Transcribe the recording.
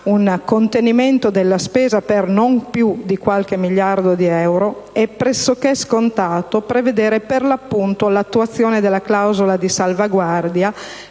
un contenimento della spesa per non più di qualche miliardo di euro, è pressoché scontato prevedere l'attivazione della clausola di salvaguardia